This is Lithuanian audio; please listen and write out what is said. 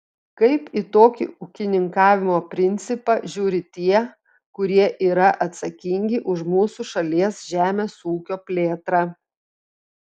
kaip į tokį ūkininkavimo principą žiūri tie kurie yra atsakingi už mūsų šalies žemės ūkio plėtrą